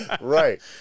Right